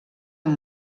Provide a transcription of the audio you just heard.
amb